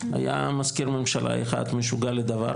היה מזכיר ממשלה אחד משוגע לדבר,